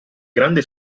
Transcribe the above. grande